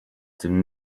dem